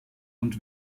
und